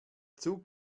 zug